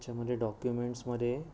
ह्याच्यामध्ये डॉक्युमेंट्समध्ये